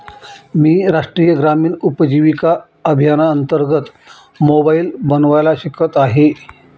मी राष्ट्रीय ग्रामीण उपजीविका अभियानांतर्गत मोबाईल बनवायला शिकत आहे